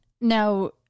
Now